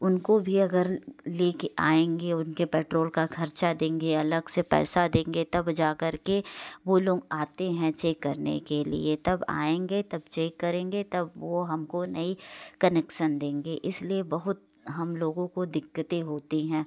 उनको भी अगर ले कर आएंगे उनके पेट्रोल का खर्चा देंगे अलग से पैसा देंगे तब जाकर के वो लोग आते हैं चेक करने के लिए तब आएंगे तब चेक करेंगे तब वो हमको नहीं कनेक्सन देंगे इसलिए बहुत हम लोगों को दिक्कतें होती हैं